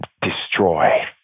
destroy